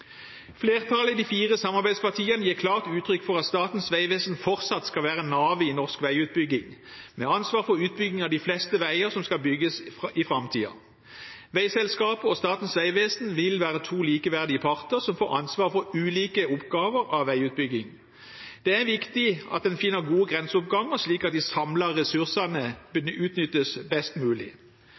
Flertallet, de fire samarbeidspartiene, gir klart uttrykk for at Statens vegvesen fortsatt skal være navet i norsk veiutbygging, med ansvar for utbygging av de fleste veier som skal bygges i framtiden. Veiselskapet og Statens vegvesen vil være to likeverdige parter som får ansvar for ulike oppgaver av veiutbygging. Det er viktig at en finner gode grenseoppganger, slik at de samlede ressursene utnyttes best mulig.